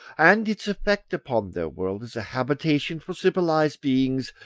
and its effect upon their world as a habitation for civilised beings,